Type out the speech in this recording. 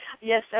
Yes